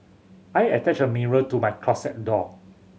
I attached a mirror to my closet door